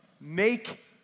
Make